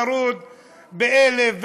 טרוד ב-1000,